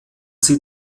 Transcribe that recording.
sie